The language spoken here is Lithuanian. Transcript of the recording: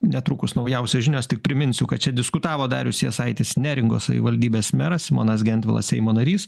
netrukus naujausios žinios tik priminsiu kad čia diskutavo darius jasaitis neringos savivaldybės meras simonas gentvilas seimo narys